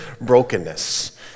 brokenness